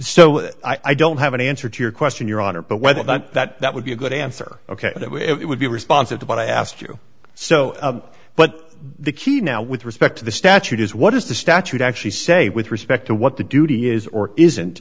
so i don't have an answer to your question your honor but whether that would be a good answer ok it would be responsive to what i asked you so but the key now with respect to the statute is what is the statute actually say with respect to what the duty is or isn't